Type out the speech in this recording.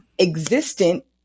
existent